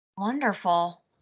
Wonderful